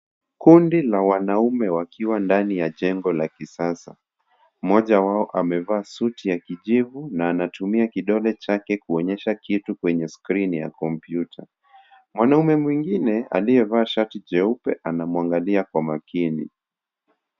Kundi la wanaume wakiwa ndani ya jengo la kisasa. Mmoja wao, amevaa suti ya kijivu na anatumia kidole chake kuonyesha kitu kwenye skrini ya kompyuta. Mwanaume mwingine, aliyevaa shati jeupe anamwangalia kwa makini.